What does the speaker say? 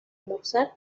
mozart